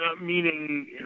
meaning